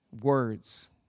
words